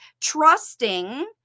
trusting